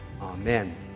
amen